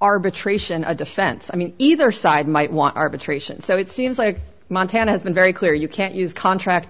arbitration a defense i mean either side might want arbitration so it seems like montana has been very clear you can't use contract